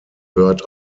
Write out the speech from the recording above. bird